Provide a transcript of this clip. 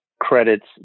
credits